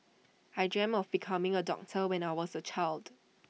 I dreamt of becoming A doctor when I was A child